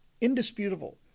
indisputable